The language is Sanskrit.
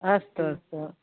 अस्तु अस्तु